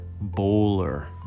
bowler